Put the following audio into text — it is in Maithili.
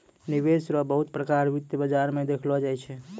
निवेश रो बहुते प्रकार वित्त बाजार मे देखलो जाय छै